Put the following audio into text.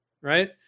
Right